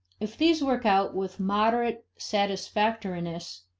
if these work out with moderate satisfactoriness,